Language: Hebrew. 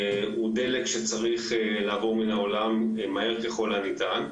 הוא דלק שצריך לעבור מן העולם מהר ככל הניתן,